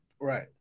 Right